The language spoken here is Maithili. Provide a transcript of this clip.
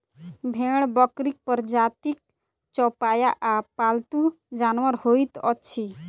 भेंड़ बकरीक प्रजातिक चौपाया आ पालतू जानवर होइत अछि